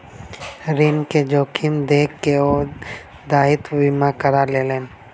ऋण के जोखिम देख के ओ दायित्व बीमा करा लेलैन